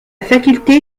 faculté